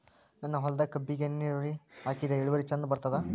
ನನ್ನ ಹೊಲದಾಗ ಕಬ್ಬಿಗಿ ಹನಿ ನಿರಾವರಿಹಾಕಿದೆ ಇಳುವರಿ ಚಂದ ಬರತ್ತಾದ?